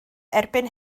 erbyn